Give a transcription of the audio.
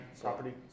property